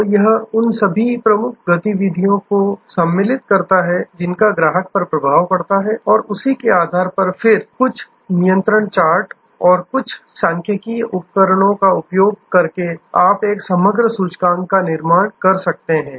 तो यह उन सभी प्रमुख गतिविधियों को सम्मिलित करता है जिनका ग्राहक पर प्रभाव पड़ता है और उसी के आधार पर फिर कुछ नियंत्रण चार्ट और कुछ सांख्यिकीय उपकरणों का उपयोग करके आप एक समग्र सूचकांक का निर्माण कर सकते हैं